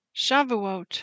Shavuot